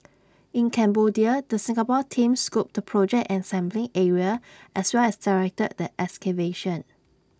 in Cambodia the Singapore team scoped the project and sampling area as well as directed the excavation